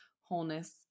wholeness